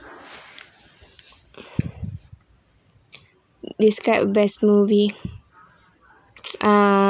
describe a best movie uh